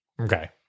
Okay